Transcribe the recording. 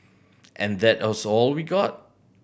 and that also all we got